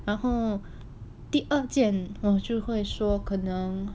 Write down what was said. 然后第二件我就会说可能